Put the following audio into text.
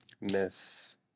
Miss